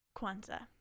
Kwanzaa